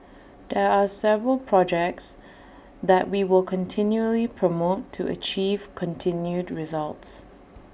there are several projects that we will continually promote to achieve continued results